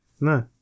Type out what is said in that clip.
no